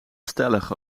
stellig